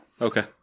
Okay